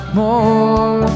more